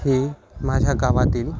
हे माझ्या गावातील